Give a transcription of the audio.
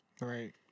Right